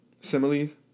Similes